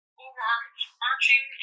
overarching